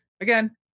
again